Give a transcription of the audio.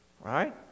Right